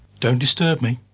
don't disturb me.